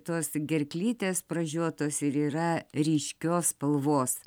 tos gerklytės pražiotos ir yra ryškios spalvos